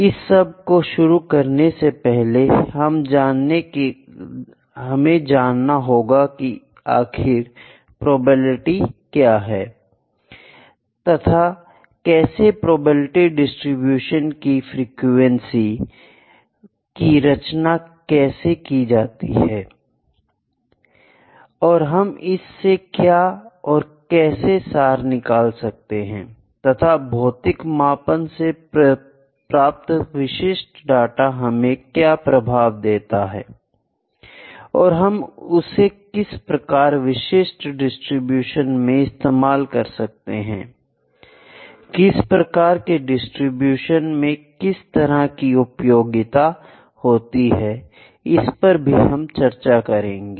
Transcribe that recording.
इस सब को शुरू करने से पहले हमें जानना होगा कि आखिर प्रोबेबिलिटी क्या है तथा कैसे प्रोबेबिलिटी डिस्ट्रीब्यूशन की फ्रीक्वेंसी की रचना कैसे की जाती है और हम इससे क्या और कैसे सार निकल सकते हैं तथा भौतिक मापन से प्राप्त विशिष्ट डाटा हमें क्या प्रभाव देता है और हम उसे किस प्रकार विशिष्ट डिस्ट्रीब्यूशन में इस्तेमाल कर सकते हैं किस प्रकार के डिस्ट्रीब्यूशन में किस तरह की उपयोगिता होती है इस पर भी हम चर्चा करेंगे